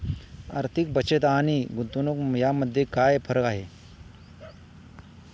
आर्थिक बचत आणि गुंतवणूक यामध्ये काय फरक आहे?